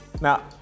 Now